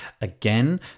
Again